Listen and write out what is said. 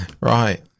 Right